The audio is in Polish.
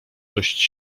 dość